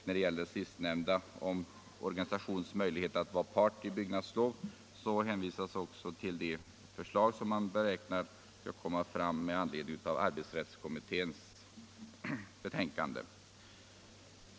När det gäller en organisations möjlighet att vara part i byggnadslovsärenden hänvisas också till det förslag som beräknas bli framlagt på basis av arbetsrättskommitténs betänkande.